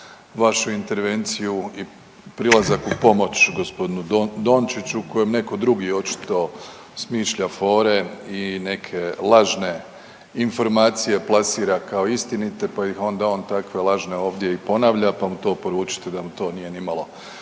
vašu intervenciju i prilazak u pomoć g. Dončiću kojem netko drugi očito smišlja fore i neke lažne informacije plasira kao istinite pa ih onda on takve lažne ovdje i ponavlja, pa mu to poručite da mu to nije nimalo